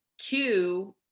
two